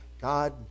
God